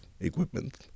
equipment